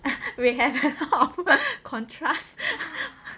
we have a lot of contrasts